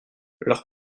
leur